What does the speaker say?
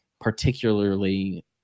particularly